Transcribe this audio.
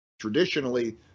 traditionally